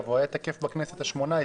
הוא היה תקף בכנסת השמונה-עשרה.